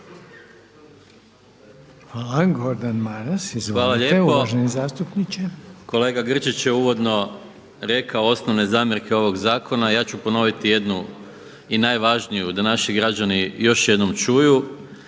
(HDZ)** Gordan Maras. Izvolite uvaženi zastupniče.